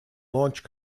launch